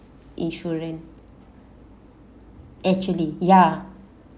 insurance actually ya